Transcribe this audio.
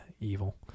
evil